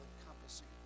encompassing